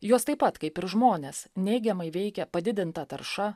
juos taip pat kaip ir žmones neigiamai veikia padidinta tarša